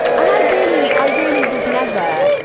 and i really, i really was never.